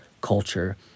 culture